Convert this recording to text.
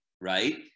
right